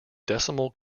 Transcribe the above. decimal